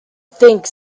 think